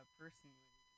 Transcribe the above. personally